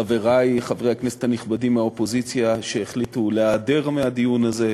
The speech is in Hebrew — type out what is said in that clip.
חברי חברי הכנסת הנכבדים מהאופוזיציה שהחליטו להיעדר מהדיון הזה,